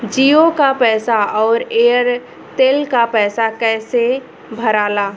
जीओ का पैसा और एयर तेलका पैसा कैसे भराला?